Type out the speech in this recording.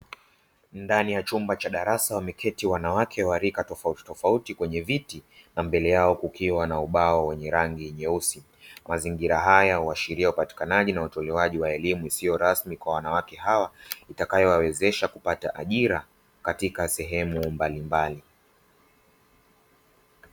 Ndani ya chumba cha darasa wameketi wanawake wa rika tofautitofauti kwenye viti na mbele yao kukiwa na ubao wenye rangi nyeusi. Mazingira haya huashiria upatikanaji na utolewaji wa elimu isiyo rasmi kwa wanawake hawa itakayowawezesha kupata ajira katika sehemu mbalimbali.